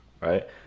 right